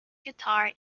guitar